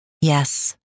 Yes